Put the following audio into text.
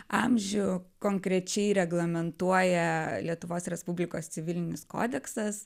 amžių konkrečiai reglamentuoja lietuvos respublikos civilinis kodeksas